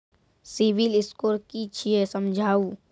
Civil score कि छियै समझाऊ?